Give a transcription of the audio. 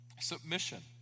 Submission